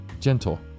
gentle